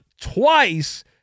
twice